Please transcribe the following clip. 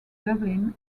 dublin